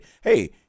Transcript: hey